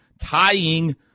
tying